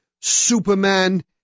Superman